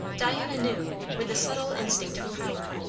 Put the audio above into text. diana knew, with the subtle instinct of power,